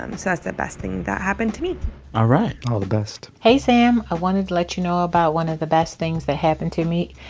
um so that's the best thing that happened to me all right all the best hey, sam. i wanted to let you know about one of the best things that happened to me.